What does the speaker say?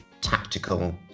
tactical